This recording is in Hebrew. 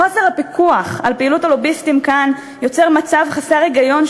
חוסר הפיקוח על פעילות הלוביסטים כאן יוצר מצב חסר היגיון,